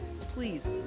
please